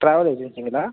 travel ஏஜென்சிங்களா